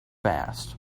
fast